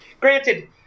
granted –